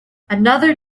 another